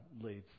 leads